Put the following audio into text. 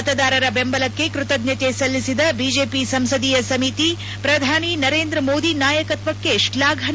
ಮತದಾರರ ಬೆಂಬಲಕ್ಕೆ ಕೃತಜ್ಞತೆ ಸಲ್ಲಿಸಿದ ಬಿಜೆಪಿ ಸಂಸದೀಯ ಸಮಿತಿ ಹ ಪ್ರಧಾನಿ ನರೇಂದ್ರ ಮೋದಿ ನಾಯಕತ್ವಕ್ಕೆ ಶ್ಲಾಘನೆ